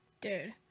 dude